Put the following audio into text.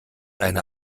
eine